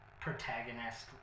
protagonist